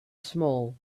small